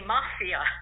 Mafia